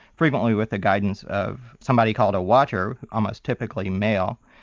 frequently with the guidance of somebody called a watcher, almost typically male,